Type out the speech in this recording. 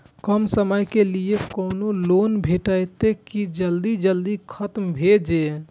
कम समय के लीये कोनो लोन भेटतै की जे जल्दी खत्म भे जे?